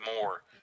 more